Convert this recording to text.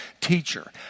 Teacher